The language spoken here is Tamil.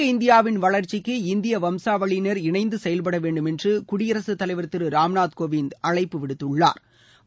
புதிய இந்தியாவின் வளர்ச்சிக்கு இந்திய வம்சாவளியினர் இணைந்து செயல்பட வேண்டும் என்று குடியரசு தலைவர் திரு ராம்நாத் கோவிந்த் அழைப்பு விடுத்துள்ளாா்